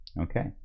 Okay